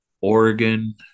Oregon